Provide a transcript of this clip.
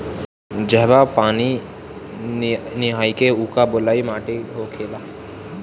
जहवा पानी नइखे उहा बलुई माटी होखेला